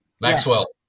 Maxwell